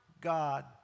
God